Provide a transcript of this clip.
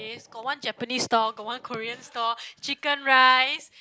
got one Japanese store got one Korean store chicken rice